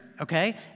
okay